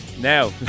Now